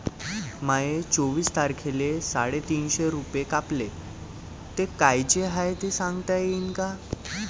माये चोवीस तारखेले साडेतीनशे रूपे कापले, ते कायचे हाय ते सांगान का?